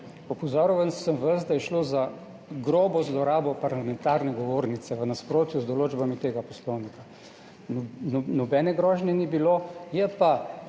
Opozoril vas sem vas, da je šlo za grobo zlorabo parlamentarne govornice v nasprotju z določbami tega Poslovnika. Nobene grožnje ni bilo. Je pa